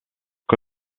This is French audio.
que